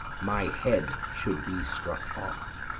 my head should be struck off.